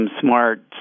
smart